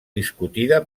discutida